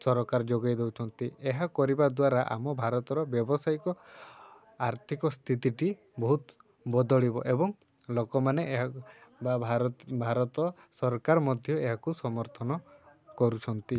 ସରକାର ଯୋଗେଇ ଦେଉଛନ୍ତି ଏହା କରିବା ଦ୍ୱାରା ଆମ ଭାରତର ବ୍ୟବସାୟିକ ଆର୍ଥିକ ସ୍ଥିତିଟି ବହୁତ ବଦଳିବ ଏବଂ ଲୋକମାନେ ଏହା ବା ଭାରତ ଭାରତ ସରକାର ମଧ୍ୟ ଏହାକୁ ସମର୍ଥନ କରୁଛନ୍ତି